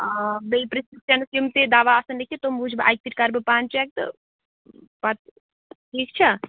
آ بیٚیہِ پرٛٮ۪سکِرٛپشَنٕس یِم تہِ دَوا آسَن لیکھِتھ تِم وٕچھِ بہٕ اَکہِ پھِرِ کَرٕ بہٕ پانہٕ چٮ۪ک تہٕ پَتہٕ ٹھیٖک چھا